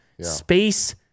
Space